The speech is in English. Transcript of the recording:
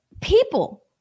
people